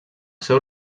seu